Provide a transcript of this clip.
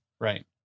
Right